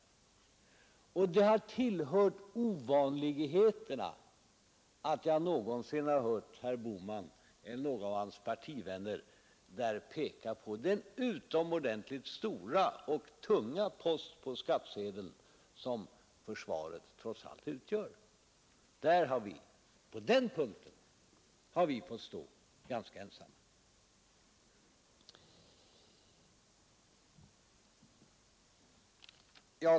Det har tillhört ovanligheterna att jag någonsin har hört herr Bohman eller någon av hans partivänner peka på den utomordentligt stora och tunga post på skattsedeln som försvaret trots allt utgör. På den punkten har vi fått stå ganska ensamma.